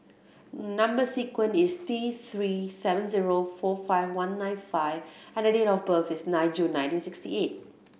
number sequence is T Three seven zero four five one nine five and the date of birth is nine June nineteen sixty eight